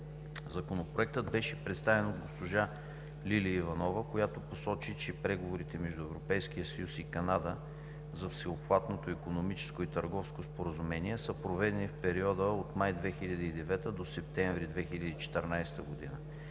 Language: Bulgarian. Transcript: Законопроектът беше представен от госпожа Лилия Иванова, която посочи, че преговорите между Европейския съюз и Канада за Всеобхватното икономическо и търговско споразумение са проведени в периода от май 2009 г. до септември 2014 г.